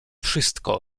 wszystko